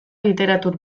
literatur